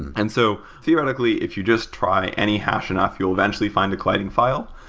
and so theoretically, if you just try any hashing off, you will eventually find the colliding file.